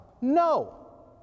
No